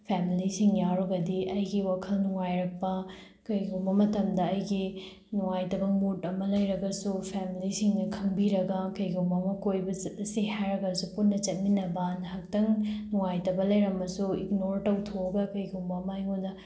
ꯐꯦꯝꯂꯤꯁꯤꯡ ꯌꯥꯎꯔꯒꯗꯤ ꯑꯩꯒꯤ ꯋꯥꯈꯜ ꯅꯨꯡꯉꯥꯏꯔꯛꯄ ꯀꯩꯒꯨꯝꯕ ꯃꯇꯝꯗ ꯑꯩꯒꯤ ꯅꯨꯡꯉꯥꯏꯇꯕ ꯃꯨꯠ ꯑꯃ ꯂꯩꯔꯒꯁꯨ ꯐꯦꯝꯂꯤꯁꯤꯡꯅ ꯈꯪꯕꯤꯔꯒ ꯀꯔꯤꯒꯨꯝꯕ ꯑꯃ ꯀꯣꯏꯕ ꯆꯠꯂꯁꯤ ꯍꯥꯏꯔꯒꯁꯨ ꯄꯨꯟꯅ ꯆꯠꯃꯤꯟꯅꯕ ꯉꯥꯏꯍꯥꯛꯇꯪ ꯅꯨꯡꯉꯥꯏꯇꯕ ꯂꯩꯔꯝꯃꯁꯨ ꯏꯛꯅꯣꯔ ꯇꯧꯊꯣꯛꯑꯒ ꯀꯔꯤꯒꯨꯝꯕ ꯑꯃ ꯑꯩꯉꯣꯟꯗ